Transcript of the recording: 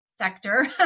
sector